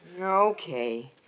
Okay